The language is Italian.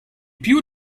più